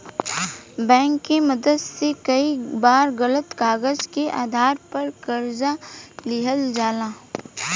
bank के मदद से कई बार गलत कागज के आधार पर कर्जा लिहल जाला